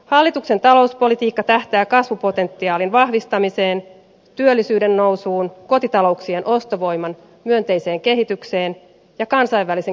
hallituksen talouspolitiikka tähtää kasvupotentiaalin vahvistamiseen työllisyyden nousuun kotitalouksien ostovoiman myönteiseen kehitykseen ja kansainvälisen kilpailukyvyn parantamiseen